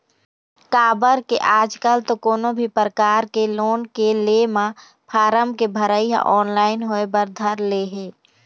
काबर के आजकल तो कोनो भी परकार के लोन के ले म फारम के भरई ह ऑनलाइन होय बर धर ले हे